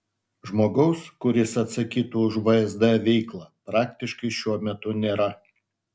žmogaus kuris atsakytų už vsd veiklą praktiškai šiuo metu nėra